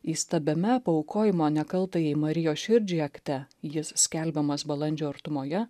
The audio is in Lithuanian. įstabiame paaukojimo nekaltajai marijos širdžiai akte jis skelbiamas balandžio artumoje